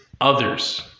others